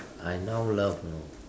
I now love you know